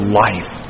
life